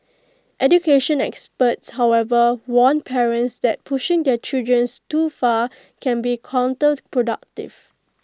education experts however warn parents that pushing their children's too far can be counterproductive